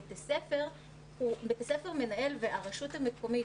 בית הספר והרשות המקומית,